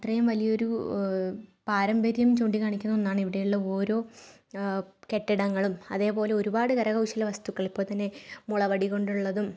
അത്രയും വലിയ ഒരു പാരമ്പര്യം ചൂണ്ടി കാണിക്കുന്ന ഒന്നാണ് ഇവിടെയുള്ള ഓരോ കെട്ടിടങ്ങളും അതേ പോലെ ഒരുപാട് കരകൗശലവസ്തുക്കൾ ഇപ്പം തന്നെ മുളവടി കൊണ്ടുള്ളതും